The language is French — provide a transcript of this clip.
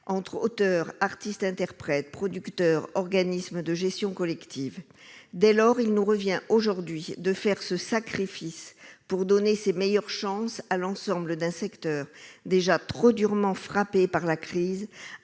entre auteurs, artistes-interprètes, producteurs et organismes de gestion collective. Il nous revient dès lors aujourd'hui de faire un sacrifice pour donner les meilleures chances à l'ensemble d'un secteur déjà trop durement frappé par la crise,